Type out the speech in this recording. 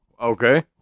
okay